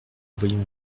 voyant